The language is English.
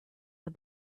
the